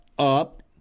up